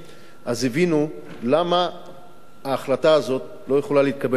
אז הבינו למה ההחלטה הזאת לא יכולה להתקבל ב"שלוף".